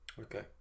okay